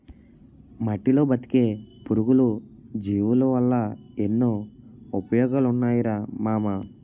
మట్టిలో బతికే పురుగులు, జీవులవల్ల ఎన్నో ఉపయోగాలున్నాయిరా మామా